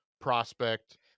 prospect